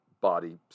body